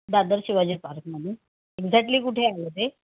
दादर शिवाजी पार्कमध्ये एक्झॅटली कुठे आलं ते